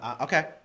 Okay